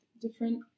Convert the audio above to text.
different